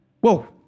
whoa